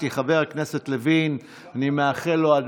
אני אשלח לך את